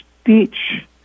speech